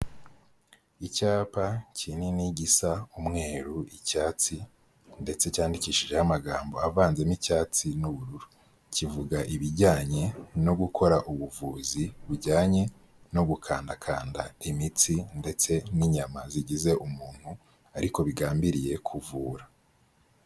Icyapa kinini gisa umweru, icyatsi ndetse cyandikishijeho amagambo avanzemo icyatsi n'ubururu, kivuga ibijyanye no gukora ubuvuzi bujyanye no gukandakanda imitsi ndetse n'inyama zigize umuntu ariko bigambiriye kuvura.